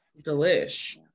Delish